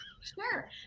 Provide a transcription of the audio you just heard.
Sure